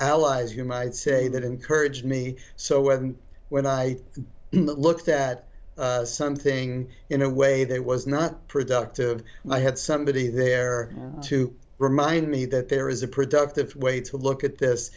allies you might say that encouraged me so when when i looked at something in a way they were not productive and i had somebody there to remind me that there is a productive way to look at this